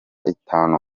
itanu